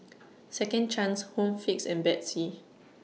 Second Chance Home Fix and Betsy